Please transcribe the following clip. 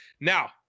Now